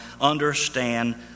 understand